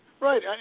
Right